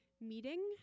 meeting